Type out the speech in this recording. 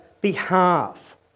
behalf